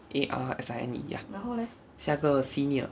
A R S I N E ya 下个 senior